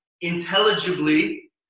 intelligibly